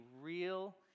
real